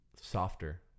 softer